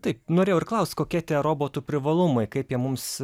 taip norėjau ir klausti kokie tie robotų privalumai kaip jie mums